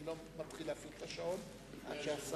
אני לא מתחיל להפעיל את השעון עד שהשר,